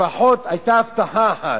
לפחות היתה הבטחה אחת,